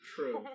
True